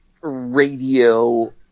radio